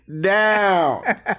down